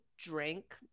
drink